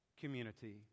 community